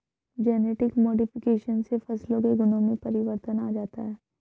genetic modification से फसलों के गुणों में परिवर्तन आ जाता है